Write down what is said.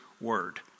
word